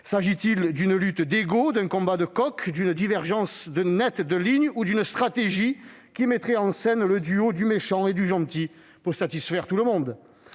S'agit-il d'une lutte d'ego, d'un combat de coqs, d'une divergence nette de ligne ou d'une stratégie qui mettrait en scène le duo du méchant et du gentil pour satisfaire tout le monde ?